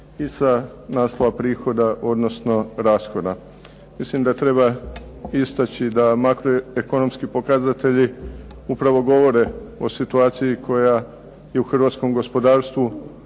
i sa naslova prihoda odnosno rashoda. Mislim da treba istaći da makroekonomski pokazatelji upravo govore o situaciji koja je u hrvatskom gospodarstvu